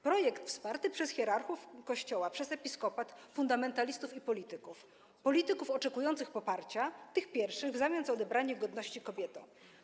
Projekt wsparty przez hierarchów Kościoła, przez episkopat, fundamentalistów i polityków oczekujących poparcia tych pierwszych w zamian za odebranie godności kobietom.